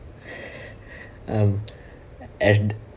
and